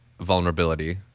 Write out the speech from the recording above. vulnerability